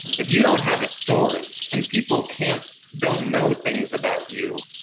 if you don't have a story and people can't, don't know things about you,